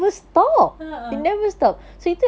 (uh huh)